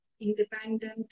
independent